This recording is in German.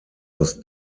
aus